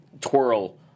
twirl